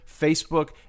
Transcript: Facebook